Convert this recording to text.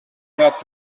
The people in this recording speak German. hört